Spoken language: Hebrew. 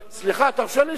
סליחה, תרשה לי לסיים.